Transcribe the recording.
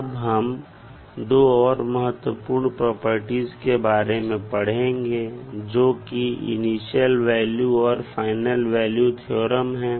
अब हम दो और महत्वपूर्ण प्रॉपर्टीज के बारे में पढ़ेंगे जो कि इनिशियल वैल्यू और फाइनल वैल्यू थ्योरम हैं